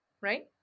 Right